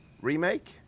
remake